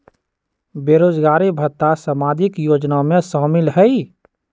बेरोजगारी भत्ता सामाजिक योजना में शामिल ह ई?